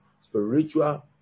spiritual